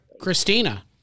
Christina